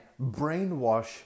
brainwash